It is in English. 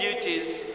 duties